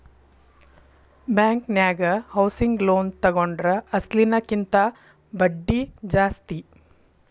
ಬ್ಯಾಂಕನ್ಯಾಗ housing loan ತಗೊಂಡ್ರ ಅಸ್ಲಿನ ಕಿಂತಾ ಬಡ್ದಿ ಜಾಸ್ತಿ